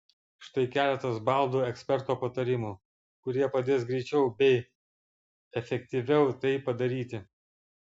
štai keletas baldų eksperto patarimų kurie padės greičiau bei efektyviau tai padaryti